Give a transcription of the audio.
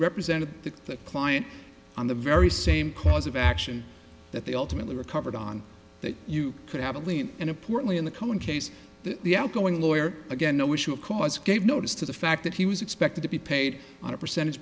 represented the client on the very same cause of action that they ultimately recovered on that you could have a lien and a portly in the common case the outgoing lawyer again no issue of cause gave notice to the fact that he was expected to be paid on a percentage